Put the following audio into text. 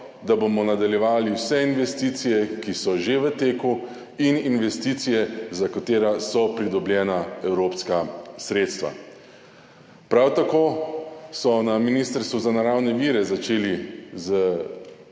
da bomo nadaljevali vse investicije, ki so že v teku, in investicije, za katera so pridobljena evropska sredstva. Prav tako so na Ministrstvu za naravne vire in